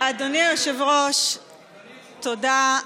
אדוני היושב-ראש, תודה.